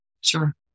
sure